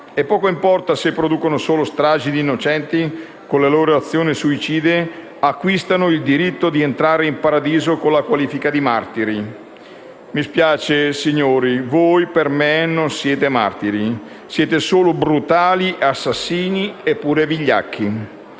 poco importa se producono solo stragi di innocenti: con le loro azioni suicide acquistano il diritto di entrare in Paradiso con la qualifica di martiri. Mi spiace, signori, voi per me non siete martiri: siete solo brutali assassini, e pure vigliacchi.